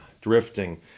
drifting